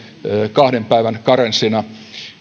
kahden päivän karenssina